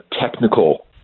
technical